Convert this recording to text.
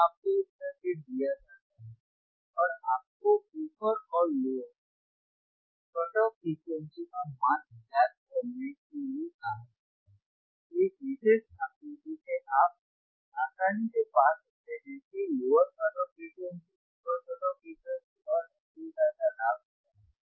जब आपको एक सर्किट दिया जाता है और आपको अपर और लोअर कट ऑफ फ्रीक्वेंसी का मान ज्ञात करने के लिए कहा जाता है तो इस विशेष आकृति से आप आसानी से पा सकते हैं कि lower cut off frequency upper cut off frequency और एम्पलीफायर का लाभ क्या है